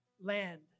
land